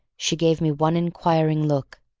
she gave me one inquiring look.